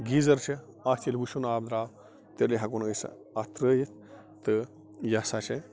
geyser چھُ اَتھ ییٚلہِ وٕشُن آب دَرٛاو تیٚلہِ ہیٚکہون أسۍ اَتھ ترٲیِتھ تہٕ یہِ ہسا چھِ